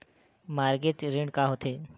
Mortgage ऋण का होथे?